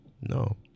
no